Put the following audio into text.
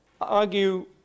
argue